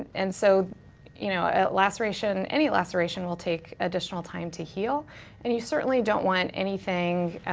and so you know a laceration, any laceration will take additional time to heal and you certainly don't want anything